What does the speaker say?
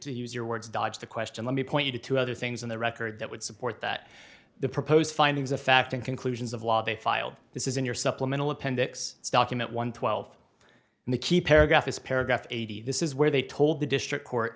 to use your words dodge the question let me point you to other things in the record that would support that the proposed findings of fact and conclusions of law they filed this is in your supplemental appendix document one twelve and the key paragraph is paragraph eighty this is where they told the district court